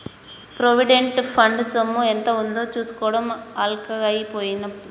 provident fund సొమ్ము ఎంత ఉందో చూసుకోవడం అల్కగై పోయిందిప్పుడు